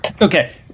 Okay